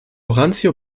randzio